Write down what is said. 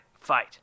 fight